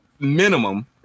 minimum